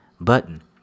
button